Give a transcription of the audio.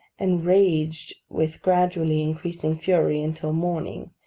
and raged with gradually increasing fury until morning,